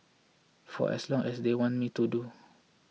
for as long as they want me to